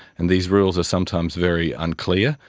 and these rules are sometimes very unclear.